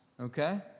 okay